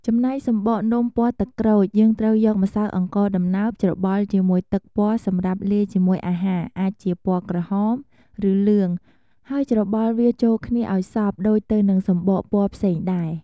ចំណែក សំបកនំពណ៌ទឹកក្រូច យើងត្រូវយកម្សៅអង្ករដំណើប ច្របល់ជាមួយទឹកពណ៌សម្រាប់លាយជាមួយអាហារអាចជា ពណ៌ ក្រហម ឬលឿង ហើយច្របល់វាចូលគ្នាឱ្យសព្វដូចទៅនឹងសំបកពណ៌ផ្សេងដែរ។